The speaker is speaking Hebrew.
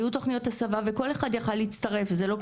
היו תוכניות הסבה וכל אחד יכל להצטרף זה לא קשור.